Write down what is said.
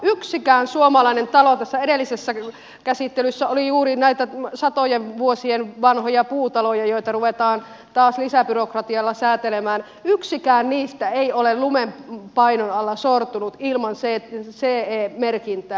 yksikään suomalainen talo tässä edellisessä käsittelyssä oli juuri näitä satoja vuosia vanhoja puutaloja joita ruvetaan taas lisäbyrokratialla sääntelemään yksikään niistä ei ole lumen painon alla sortunut ilman ce merkintää